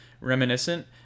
reminiscent